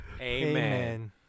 Amen